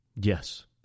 Yes